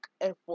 effort